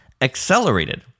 accelerated